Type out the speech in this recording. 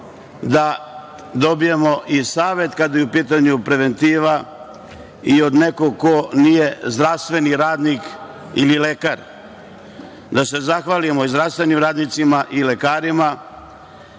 da dobijamo i savet kada je u pitanju preventiva i od nekog ko nije zdravstveni radnik ili lekar. Da se zahvalimo i zdravstvenim radnicima i lekarima.